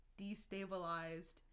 destabilized